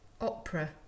Opera